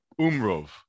Umrov